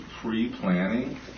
pre-planning